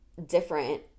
different